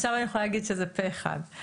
אני יכולה להגיד שזה פה אחד.